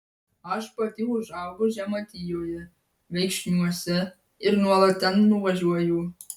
aš pati užaugau žemaitijoje viekšniuose ir nuolat ten nuvažiuoju